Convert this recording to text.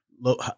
Low